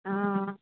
ওহ